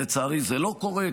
לצערי זה לא קורה,